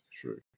true